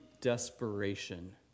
desperation